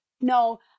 no